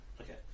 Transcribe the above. Okay